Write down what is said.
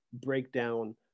breakdown